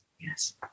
yes